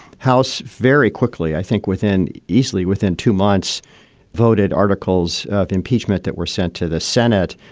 house. very quickly. i think within easily within two months voted articles of impeachment that were sent to the senate.